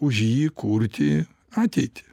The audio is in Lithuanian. už jį kurti ateitį